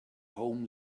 home